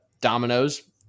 dominoes